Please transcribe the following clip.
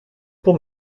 pour